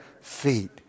feet